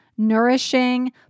nourishing